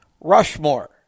Rushmore